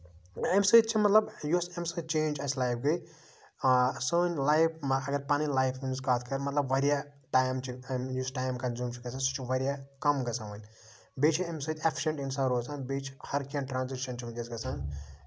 اَمہِ سۭتۍ چھےٚ مطلب یۄس اَمہِ سۭتۍ چینج اَسہِ لایف گے سٲنۍ لایف اَگر پَنٕنۍ لایف ہنز کَتھ کَر مطلب واریاہ ٹایم چھُ یُس ٹایم کَنزیوٗم چھُ گژھان سُہ چھُ واریاہ کَم گژھان وۄنۍ بیٚیہِ چھُ اَمہِ سۭتۍ اٮ۪فِشنٹ اِنسان روزان بیٚیہِ چھِ ہَر کیٚنہہ ٹرانزیکشَن چھِ وٕنۍ کین گژھان